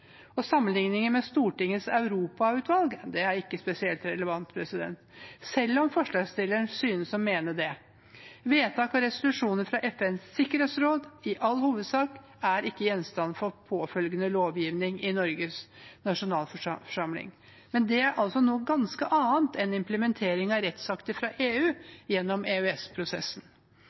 Sammenligningen med Stortingets europautvalg er ikke spesielt relevant, selv om forslagsstilleren synes å mene det. Vedtak og resolusjoner fra FNs sikkerhetsråd er i all hovedsak ikke gjenstand for påfølgende lovgivning i Norges nasjonalforsamling. Det er altså noe ganske annet enn implementering av rettsakter fra EU gjennom